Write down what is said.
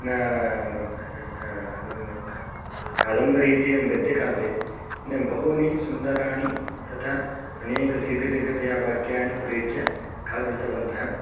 कादम्बरी इति गद्यकाव्ये बहूनि सुन्दराणि तथा अनेकदीर्घदीर्घतया वाक्यानि प्रयुज्य काव्यं कृतवन्तः